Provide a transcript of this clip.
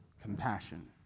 compassion